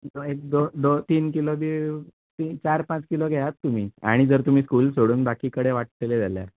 एक दोन दोन तीन किलो बी एक चार पांच किलो बी घेयात तुमी आनी जर तुमी स्कूल सोडून बाकी कडेन वाट्टले जाल्यार